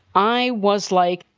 i was like,